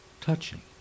touching